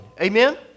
Amen